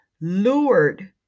lured